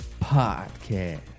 Podcast